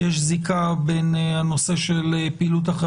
כי יש זיקה בין הנושא של פעילות אחר